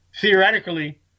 theoretically